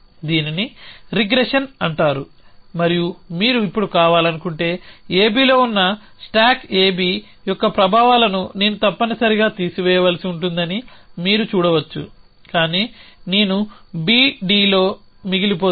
దీనిని రిగ్రెషన్ అంటారు మరియు మీరు ఇప్పుడు కావాలనుకుంటే ABలో ఉన్న స్టాక్ AB యొక్క ప్రభావాలను నేను తప్పనిసరిగా తీసివేయవలసి ఉంటుందని మీరు చూడవచ్చు కానీ నేను BDలో మిగిలిపోతాను